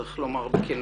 צריך לומר בכנות,